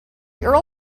earl